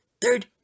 Third